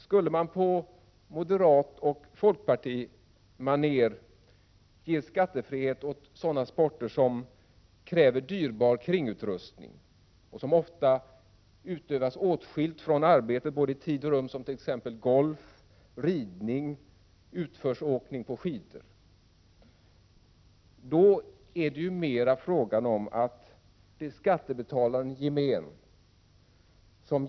Skulle man på moderatoch folkpartimanér ge skattefrihet åt sådana sporter som kräver dyrbar kringutrustning och som oftast utövas åtskilt från arbetet både i tid och rum som t.ex. golf, ridning och utförsåkning på skidor? Då är det mer fråga om att skattebetalaren i gemen ger bidrag till vissa — Prot.